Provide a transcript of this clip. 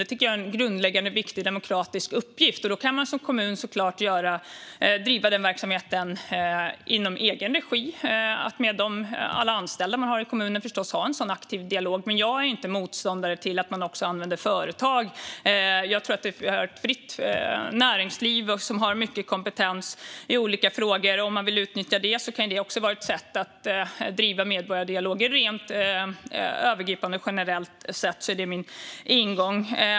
Det tycker jag är en grundläggande och viktig demokratisk uppgift. Som kommun kan man naturligtvis driva den verksamheten i egen regi - alltså att ha en aktiv dialog genom anställda i kommunen - men jag är inte motståndare till att man också använder företag. Vi har ett fritt näringsliv som har mycket kompetens i olika frågor. Om man vill utnyttja det kan det också vara ett sätt att driva medborgardialoger. Rent övergripande och generellt sett är det min ingång.